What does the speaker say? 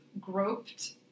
groped